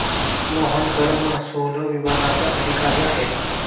मोहन कर महसूल विभागात अधिकारी आहे